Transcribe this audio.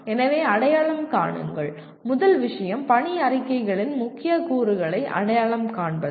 எனவே அடையாளம் காணுங்கள் முதல் விஷயம் பணி அறிக்கைகளின் முக்கிய கூறுகளை அடையாளம் காண்பது